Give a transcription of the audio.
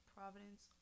Providence